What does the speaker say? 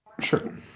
Sure